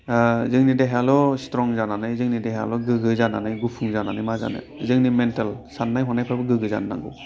जोंनि देहायाल' स्ट्रं जानानै जोंनि देहायाल' गोग्गो जानानै गुफुं जानानै मा जानो जोंनि मेनटेल साननाय हनायफ्राबो गोग्गो जानो नांगौ